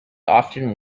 often